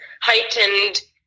heightened